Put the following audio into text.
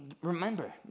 Remember